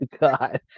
God